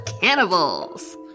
cannibals